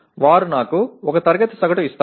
వారు నాకు ఒక తరగతి సగటు ఇస్తారు